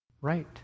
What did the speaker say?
Right